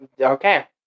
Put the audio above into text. Okay